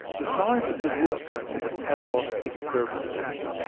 the scientists had worked at the pavlovsk experiment station,